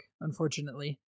unfortunately